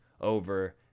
over